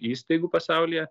įstaigų pasaulyje